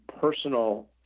personal